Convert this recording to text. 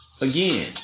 Again